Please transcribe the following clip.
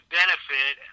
benefit